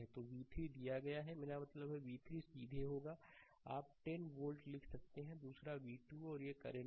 तो v 3 दिया गया है मेरा मतलब है कि v 3 सीधे होगा आप 10 वोल्ट लिख सकते हैं दूसरा v2 है और ये करंट हैं